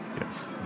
Yes